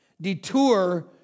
detour